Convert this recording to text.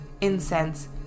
incense